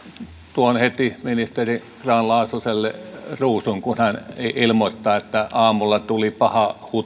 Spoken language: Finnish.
tuon heti ministeri grahn laasoselle ruusun kun hän ilmoittaa että aamulla tuli paha